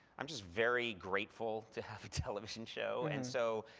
i'm just very grateful to have a television show. and so,